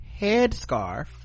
headscarf